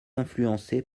influencé